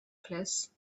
place